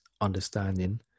understanding